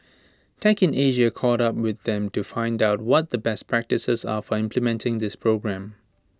tech in Asia caught up with them to find out what the best practices are for implementing this program